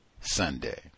Sunday